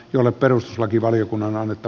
jolle yhtyvät tähän